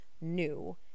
new